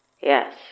Yes